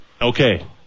Okay